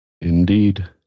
Indeed